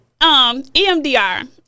emdr